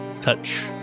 touch